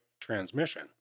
transmission